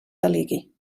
delegui